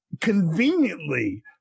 conveniently